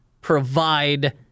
provide